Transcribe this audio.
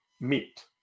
meet